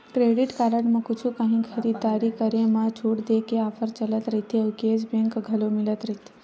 credit card म कुछु काही खरीददारी करे म छूट देय के ऑफर चलत रहिथे अउ केस बेंक घलो मिलत रहिथे